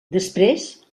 després